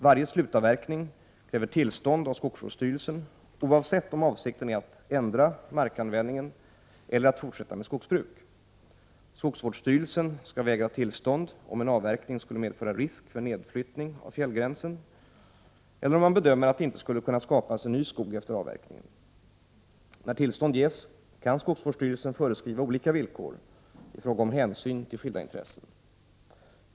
Varje slutavverkning kräver tillstånd av skogsvårdsstyrelsen oavsett om avsikten är att ändra markanvändningen eller att fortsätta med skogsbruk. Skogsvårdsstyrelsen skall vägra tillstånd om en avverkning skulle medföra risk för nedflyttning av fjällgränsen eller om man bedömer att det inte skulle kunna skapas en ny skog efter avverkningen. När tillstånd ges kan skogsvårdsstyrelsen föreskriva olika villkor i fråga om hänsyn till skilda intressen.